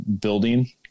building